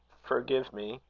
forgive me,